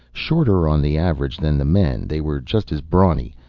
shorter on the average than the men, they were just as brawny.